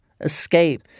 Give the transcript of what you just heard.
escape